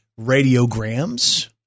radiograms